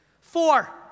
Four